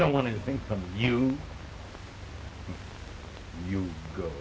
don't want anything from you your go